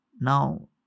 Now